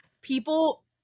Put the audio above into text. people